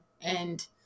and-